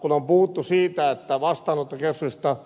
kun on puhuttu siitä että vastaanottokeskuksista